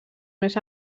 més